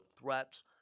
threats